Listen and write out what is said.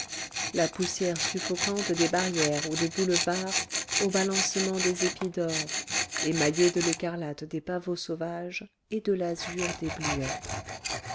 la poussière suffocante des barrières ou des boulevards au balancement des épis d'or émaillés de l'écarlate des pavots sauvages et de l'azur des bluets